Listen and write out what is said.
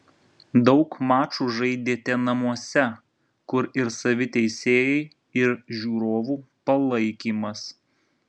daug mačų žaidėte namuose kur ir savi teisėjai ir žiūrovų palaikymas